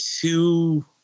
two